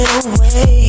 away